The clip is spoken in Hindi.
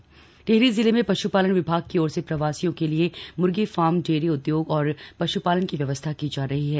पश्पालन विभाग टिहरी टिहरी जिले में पश्पालन विभाग की ओर से प्रवासियों के लिए मुर्गी फार्म डेयरी उद्योग और पश्पालन की व्यवस्था की जा रही है